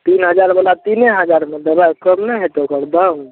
तीन हजारवला तीने हजारमे देबय कम नहि हेतय ओकर दाम